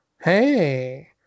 Hey